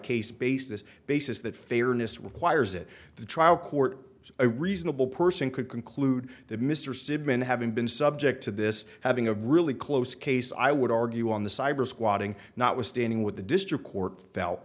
case basis basis that fairness requires that the trial court has a reasonable person could concur loued mr simpson having been subject to this having a really close case i would argue on the cybersquatting not withstanding with the district court felt